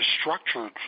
structured